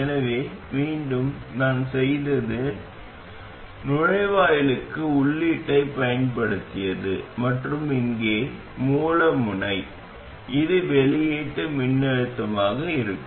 எனவே மீண்டும் நான் செய்தது நுழைவாயிலுக்கு உள்ளீட்டைப் பயன்படுத்தியது மற்றும் இங்கே மூல முனை இது வெளியீட்டு மின்னழுத்தமாக இருக்கும்